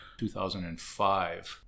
2005